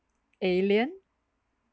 alien